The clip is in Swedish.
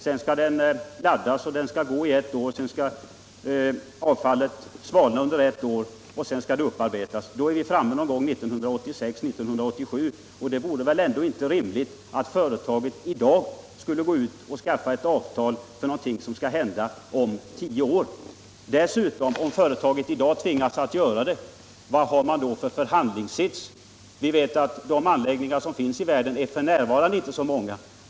Sedan skall reaktorn laddas och gå i ett år, och sedan skall avfallet svalna under ett år innan det upparbetas. Då är vi framme vid 1986 eller 1987. Det är väl ändå inte rimligt att företaget i dag skall skaffa avtal för något som skall hända om tio år. Om företaget tvingas göra detta, vad har man då för förhandlingssits? Vi vet att det inte finns många anläggningar i världen i dag för upparbetning.